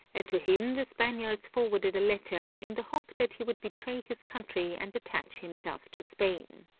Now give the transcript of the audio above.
and to him the spaniards forwarded a letter, in the hope that he would betray his country and attach himself to spain.